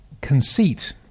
conceit